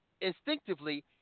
instinctively